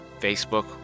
Facebook